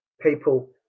people